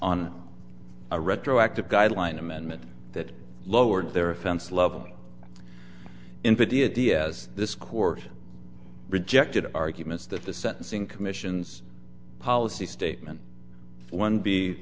on a retroactive guideline amendment that lowered their offense level nvidia d s this court rejected arguments that the sentencing commission's policy statement one b